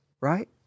Right